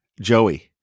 Joey